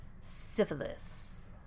Syphilis